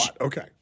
Okay